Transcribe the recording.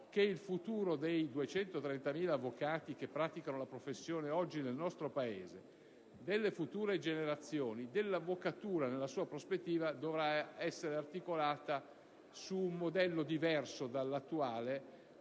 che il futuro dei 230.000 avvocati che oggi praticano la professione nel nostro Paese implichi per le future generazioni che l'avvocatura nella sua prospettiva sia articolata su un modello diverso dall'attuale,